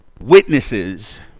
witnesses